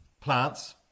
plants